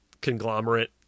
conglomerate